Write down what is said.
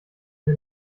der